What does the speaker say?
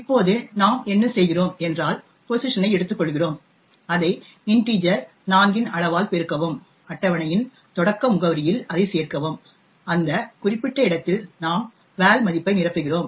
இப்போது நாம் என்ன செய்கிறோம் என்றால் நாம் pos ஐ எடுத்துக்கொள்கிறோம் அதை இன்டிஜர் 4 இன் அளவால் பெருக்கவும் அட்டவணையின் தொடக்க முகவரியில் அதைச் சேர்க்கவும் அந்த குறிப்பிட்ட இடத்தில் நாம் val மதிப்பை நிரப்புகிறோம்